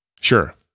Sure